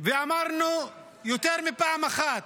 ואמרנו יותר מפעם אחת,